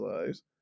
lives